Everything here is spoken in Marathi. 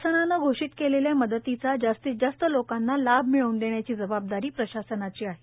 शासनाने घोषित केलेल्या मदतीचा जास्तीत जास्त लोकांना लाभ मिळवून देण्याची जबाबदारी प्रशासनाची आहे